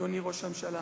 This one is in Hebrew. אדוני ראש הממשלה,